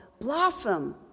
blossom